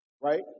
right